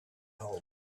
hole